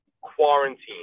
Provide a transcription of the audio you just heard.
quarantine